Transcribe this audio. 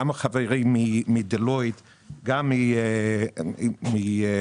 גם החברים מדלויט וגם מהאיגוד,